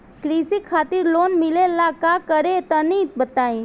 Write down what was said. कृषि खातिर लोन मिले ला का करि तनि बताई?